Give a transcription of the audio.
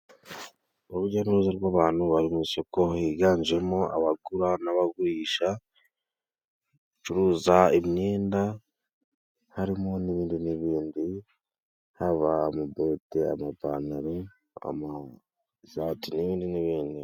Urujya n'uruza rw'abantu bari mu isoko. Higanjemo abagura n'abagurisha bacuruza imyenda harimo n'ibindi n'ibindi haba amabote, amapantaro, amashati n'ibindi n'ibindi.